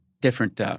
different